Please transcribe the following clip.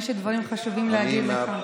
יש לי דברים חשובים להגיד לך.